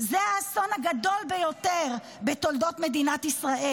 זה האסון הגדול ביותר בתולדות מדינת ישראל.